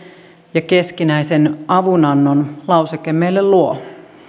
ja keskinäisen avunannon lauseke meille luovat